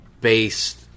based